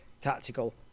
tactical